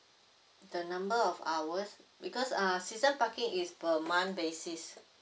the number of hours because uh season parking is per month basis